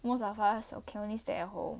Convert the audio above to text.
most of us can only stay at home